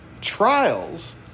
Trials